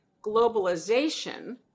globalization